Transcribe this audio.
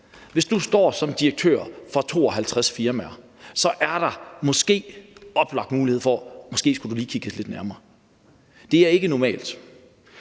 Hvis du står som direktør for 52 firmaer, er der en oplagt mulighed for, at der måske lige skulle kigges lidt nærmere på det, for det er ikke normalt,